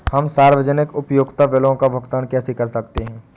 हम सार्वजनिक उपयोगिता बिलों का भुगतान कैसे कर सकते हैं?